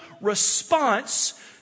response